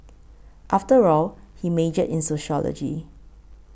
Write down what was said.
after all he majored in sociology